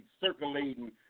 circulating